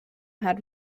had